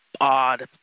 odd